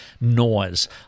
noise